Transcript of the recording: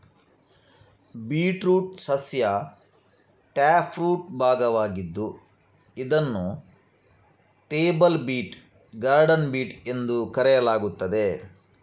beetroot ಸಸ್ಯ taproot ಭಾಗವಾಗಿದ್ದು ಇದನ್ನು ಟೇಬಲ್ ಬೀಟ್, ಗಾರ್ಡನ್ ಬೀಟ್ ಎಂದು ಕರೆಯಲಾಗುತ್ತದೆ